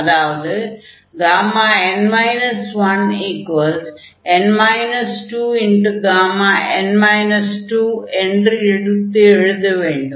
அதாவது n 1Γ என்று எடுத்து எழுத வேண்டும்